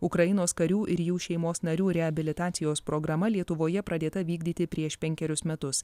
ukrainos karių ir jų šeimos narių reabilitacijos programa lietuvoje pradėta vykdyti prieš penkerius metus